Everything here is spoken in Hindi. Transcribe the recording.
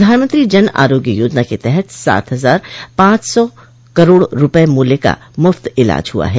प्रधानमंत्री जन आरोग्य योजना के तहत सात हजार पांच सौ करोड़ रुपये मूल्य का मुफ्त इलाज हुआ है